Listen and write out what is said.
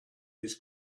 his